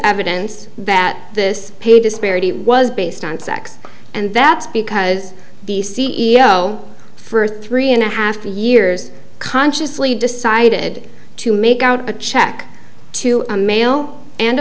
evidence that this pay disparity was based on sex and that's because the c e o for three and a half years consciously decided to make out a check to a male and